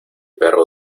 perro